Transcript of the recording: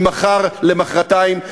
ממחר למחרתיים,